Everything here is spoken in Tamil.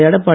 எடப்பாடி